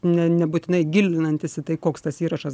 ne nebūtinai gilinantis į tai koks tas įrašas